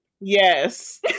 Yes